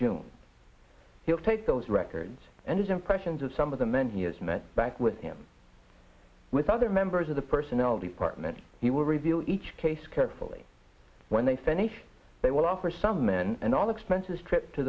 june he'll take those records and his impressions of some of the men he has met back with him with other members of the personnel department he will reveal each case carefully when they finish they will offer some men and all expenses trip to